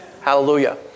Hallelujah